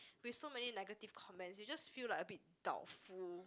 with so many negative comments you just feel like a bit doubtful